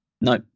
No